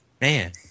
Man